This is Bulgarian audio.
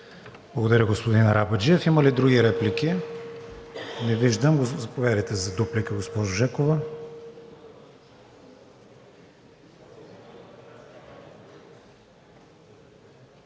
Благодаря, господин Арабаджиев. Има ли други реплики? Не виждам. Заповядайте, за дуплика, госпожо Жекова.